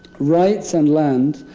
rights and land.